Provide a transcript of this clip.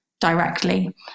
directly